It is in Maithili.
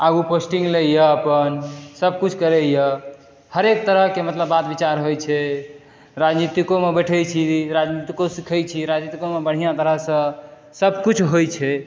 आगू पोस्टिङ्ग लैए अपन सब कुछ करैए हरेक तरहके मतलब बात विचार होइ छै राजनीतिकोमे बैठै छी राजनीतिको सिखै छी राजनीतिकोमे बढ़िया तरहसऽ सब कुछ होइ छै